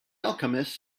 alchemists